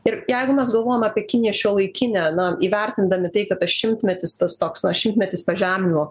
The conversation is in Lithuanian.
ir jeigu mes galvojam apie kiniją šiuolaikinę na įvertindami tai kad tas šimtmetis tas toks šimtmetis pažemino